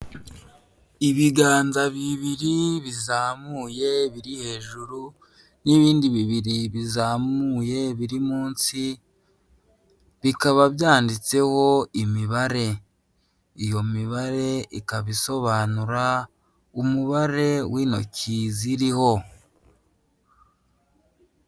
Ibiganza bibiri bizamuye biri hejuru n'ibindi bibiri bizamuye biri munsi, bikaba byanditseho imibare, iyo mibare ikaba isobanura umubare w'intoki ziriho.